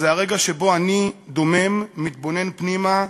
זה הרגע שבו אני דומם, מתבונן פנימה,